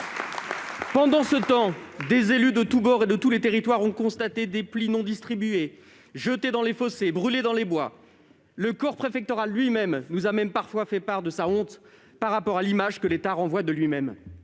Pendant ce temps, des élus de tous bords et de tous les territoires ont constaté que des plis non distribués avaient été jetés dans les fossés ou brûlés dans les bois. Le corps préfectoral lui-même nous a parfois fait part de sa honte au regard de l'image que l'État renvoie de lui-même.